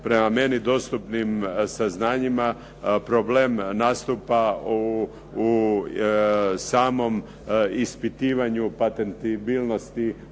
prema meni dostupnim saznanjima problem nastupa u samom ispitivanju patentibilnosti